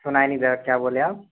सुनाई नहीं दे रहा क्या बोले आप